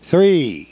Three